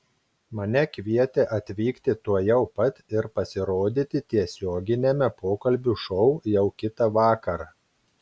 mane kvietė atvykti tuojau pat ir pasirodyti tiesioginiame pokalbių šou jau kitą vakarą